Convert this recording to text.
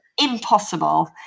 impossible